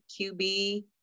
QB